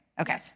Okay